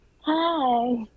Hi